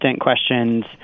questions